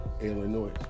Illinois